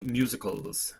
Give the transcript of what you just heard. musicals